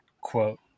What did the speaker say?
quote